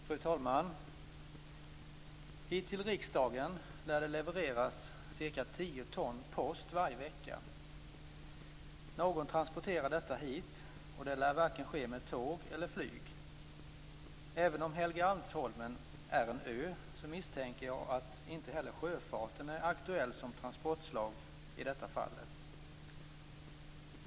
Fru talman! Hit till riksdagen lär det levereras cirka tio ton post varje vecka. Någon transporterar detta hit, och det lär varken ske med tåg eller flyg. Även om Helgeandsholmen är en ö så misstänker jag att inte heller sjöfarten är aktuell som transportslag i detta fall.